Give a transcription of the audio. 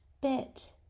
bit